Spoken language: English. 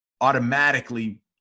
automatically